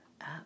up